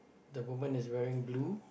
the woman is wearing blue